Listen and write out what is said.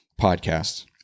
podcast